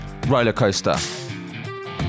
rollercoaster